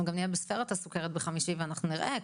אנחנו גם נהיה ב --- על סכרת בחמישי ואנחנו נראה.